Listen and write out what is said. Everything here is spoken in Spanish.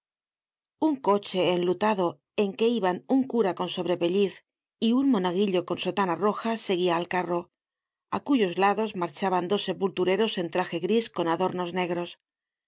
un coche enlutado en que iban un cura con sobrepelliz y un monaguillo con sotana roja seguia al carro á cuyos lados marchaban dos sepultureros en traje gris con adornos negros